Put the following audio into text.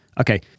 okay